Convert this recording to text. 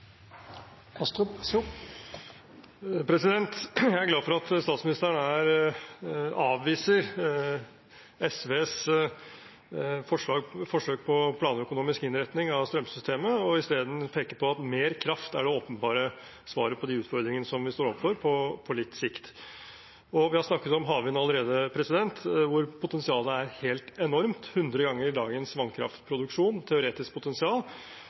glad for at statsministeren her avviser SVs forsøk på planøkonomisk innretning av strømsystemet og isteden peker på at mer kraft er det åpenbare svaret på de utfordringene som vi står overfor, på litt sikt. Vi har snakket om havvind allerede, hvor potensialet er helt enormt, hundre ganger dagens vannkraftproduksjon i teoretisk potensial,